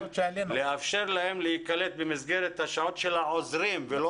לאפשר להם להיקלט במסגרת השעות של העוזרים ולא